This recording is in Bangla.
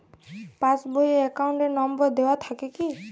পাস বই এ অ্যাকাউন্ট নম্বর দেওয়া থাকে কি?